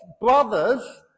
brothers